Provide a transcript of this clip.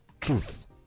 truth